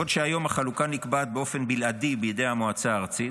בעוד שהיום החלוקה נקבעת באופן בלעדי בידי המועצה הארצית,